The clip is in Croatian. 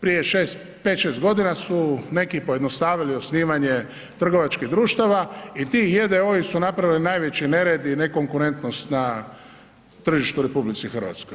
prije 6, 5,6 godina su neki pojednostavili osnivanje trgovačkih društava i ti j.d.o.-i su napravili najveći nered i ne konkurentnost na tržištu u RH.